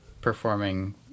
performing